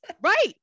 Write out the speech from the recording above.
Right